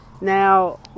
Now